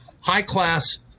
high-class